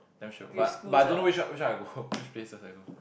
damn shiok but but I don't know which one which one I go which places I go